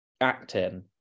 acting